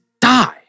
die